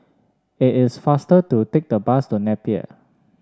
it is faster to take the bus to Napier